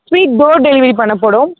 free door delivery பண்ணப்படும்